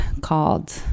called